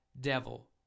devil